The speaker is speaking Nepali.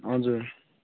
हजुर